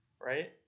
right